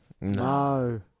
No